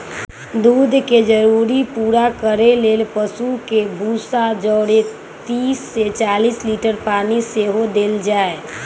दूध के जरूरी पूरा करे लेल पशु के भूसा जौरे तीस से चालीस लीटर पानी सेहो देल जाय